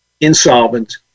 insolvent